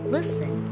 Listen